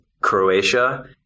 Croatia